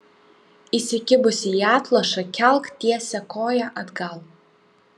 įsikibusi į atlošą kelk tiesią koją atgal